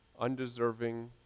undeserving